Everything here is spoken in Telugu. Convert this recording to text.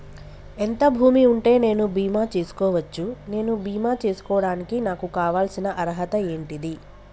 ఎంత భూమి ఉంటే నేను బీమా చేసుకోవచ్చు? నేను బీమా చేసుకోవడానికి నాకు కావాల్సిన అర్హత ఏంటిది?